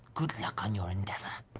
good luck on your endeavor.